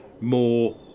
more